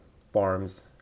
farms